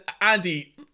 andy